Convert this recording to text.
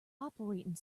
operating